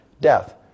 death